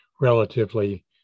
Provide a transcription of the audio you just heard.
relatively